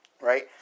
Right